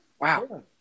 wow